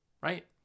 Right